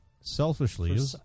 selfishly